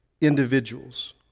individuals